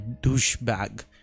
douchebag